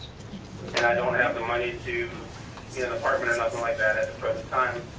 and i don't have the money to get an apartment or nothing like that, at the present time,